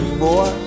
boy